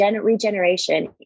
regeneration